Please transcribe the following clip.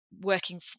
working